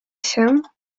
się